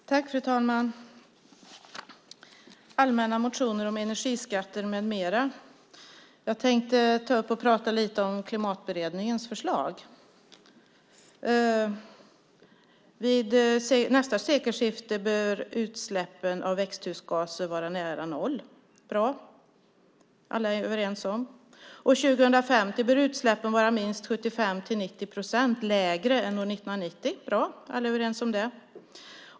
Fru talman! Titeln på detta betänkande är Allmänna motioner om energiskatter m.m. Jag tänkte tala lite grann om Klimatberedningens förslag. Vid nästa sekelskifte bör utsläppen av växthusgaser vara nära noll. Det är bra, och det är alla överens om. År 2050 bör utsläppen vara minst 75-90 procent lägre än år 1990. Det är bra, och alla är överens om det.